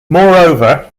moreover